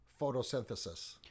photosynthesis